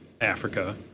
Africa